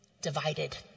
divided